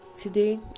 today